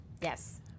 Yes